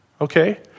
okay